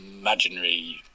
imaginary